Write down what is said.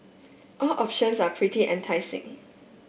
all options are pretty enticing